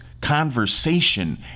conversation